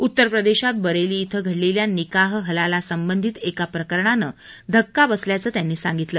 उत्तर प्रदेशात बरेली क्रे घडलेल्या निकाह हलाला संबंधित एका प्रकरणानं धक्का बसल्याचं त्यांनी सांगितलं